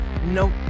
Nope